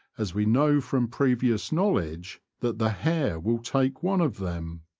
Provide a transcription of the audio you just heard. as we know from previous knowledge that the hare will take one of them.